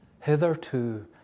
hitherto